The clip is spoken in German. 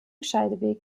scheideweg